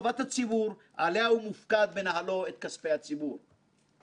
חברתי איילת נחמיאס ורבין יוקם "שולחן עגול" לרגולטורים